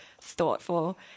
thoughtful